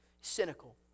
Cynical